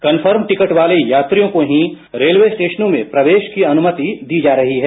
confirm ticket वाले यात्रियों को ही रेलवे स्टेशनों में प्रवेश की अनुमति दी जा रही है